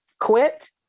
quit